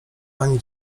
ani